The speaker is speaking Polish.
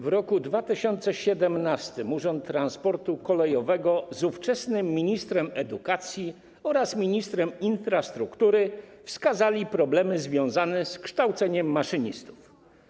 W roku 2017 Urząd Transportu Kolejowego z ówczesnym ministrem edukacji oraz ministrem infrastruktury wskazali problemy związane z kształceniem maszynistów.